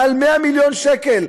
מעל 100 מיליון שקל,